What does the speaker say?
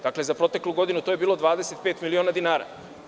Dakle, za proteklu godinu to je bilo 25 miliona dinara.